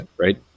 Right